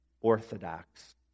Orthodox